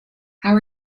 how